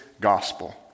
gospel